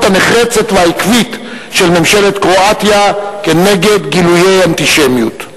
הנחרצת והעקבית של ממשלת קרואטיה נגד גילויי האנטישמיות.